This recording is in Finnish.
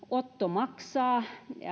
maksaa